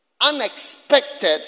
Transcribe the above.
unexpected